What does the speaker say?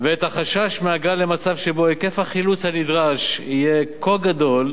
ואת החשש מהגעה למצב שבו היקף החילוץ הנדרש יהיה כה גדול